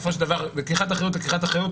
בסופו של דבר לקיחת אחריות ולקיחת אחריות,